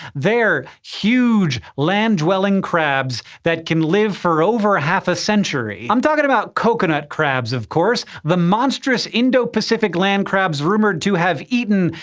they're huge land-dwelling crabs that can live for over half a century. i'm talking about coconut crabs, of course the monstrous indo-pacific land crabs rumored to have eaten,